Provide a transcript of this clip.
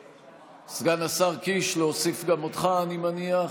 סגן השר קיש, להוסיף גם אותך, אני מניח,